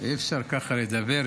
אי-אפשר ככה לדבר.